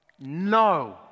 no